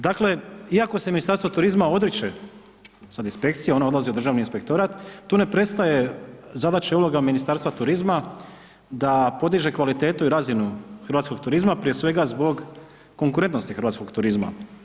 Dakle, iako se Ministarstvo turizma odriče sad inspekcije, ona odlazi u Državni inspektorat, tu ne prestaje zadaća i uloga Ministarstva turizma da podiže kvalitetu i razinu hrvatskog turizma prije svega zbog konkurentnosti hrvatskog turizma.